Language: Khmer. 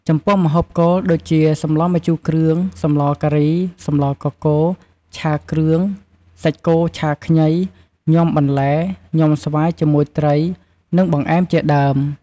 ចំពោះម្ហូបគោល ដូចជា សម្លម្ជូរគ្រឿង សម្លការី សម្លកកូរ ឆាគ្រឿង សាច់គោឆាខ្ញី ញាំបន្លែ ញាំស្វាយជាមួយត្រី និងបង្អែមជាដើម។